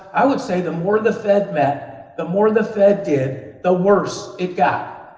i would say the more the fed met, the more the fed did, the worse it got.